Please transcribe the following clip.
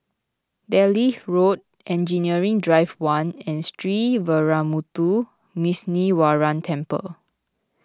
Delhi Road Engineering Drive one and Sree Veeramuthu Muneeswaran Temple